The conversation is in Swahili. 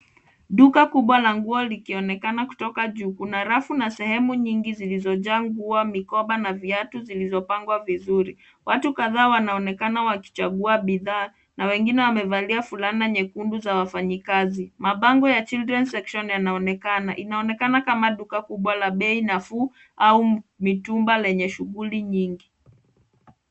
Duka kubwa la nguo likionekana kutoka juu. Kuna rafu na sehemu nyingi zilizojaa nguo, mikoba na viatu vilivyopangwa vizuri. Watu kadhaa wanaonekana wakichagua bidhaa na wengine wamevalia fulana nyekundu za wafanyikazi. Mabango ya, children section, yanaonekana. Inaonekana kama duka la bei nafuu au mitumba lenye shughuli nyingi.